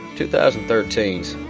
2013's